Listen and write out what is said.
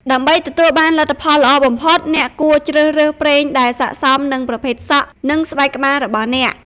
ដើម្បីទទួលបានលទ្ធផលល្អបំផុត អ្នកគួរជ្រើសរើសប្រេងដែលស័ក្តិសមនឹងប្រភេទសក់ និងស្បែកក្បាលរបស់អ្នក។